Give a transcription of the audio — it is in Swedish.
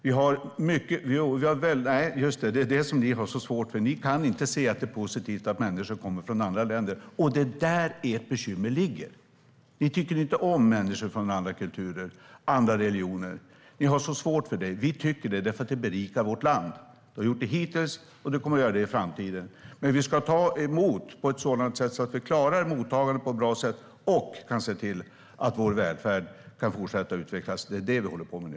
Det är det ni sverigedemokrater har så svårt för - ni kan inte se att det är positivt att människor kommer från andra länder. Det är där ert bekymmer ligger. Ni tycker inte om människor från andra kulturer eller andra religioner. Ni har svårt för det. Vi tycker att detta är positivt, för det berikar vårt land. Det har gjort det hittills, och det kommer att göra det i framtiden. Men vi ska ta emot på ett sådant sätt att vi klarar mottagandet på ett bra sätt och kan se till att vår välfärd kan fortsätta att utvecklas. Det är det vi håller på med nu.